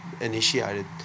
initiated